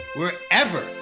wherever